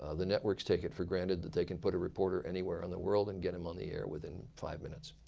ah the networks take it for granted that they can put a reporter anywhere in the world and get them on the air within five minutes.